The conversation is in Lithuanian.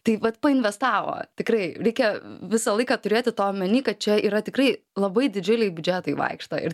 tai vat investavo tikrai reikia visą laiką turėti to omeny kad čia yra tikrai labai didžiuliai biudžetai vaikšto ir